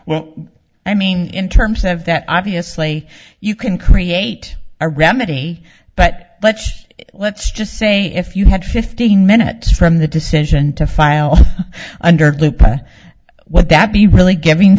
well i mean in terms of that obviously you can create a remedy but let's let's just say if you had fifteen minutes from the decision to file under blooper what that be really giving